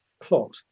plot